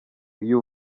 iyo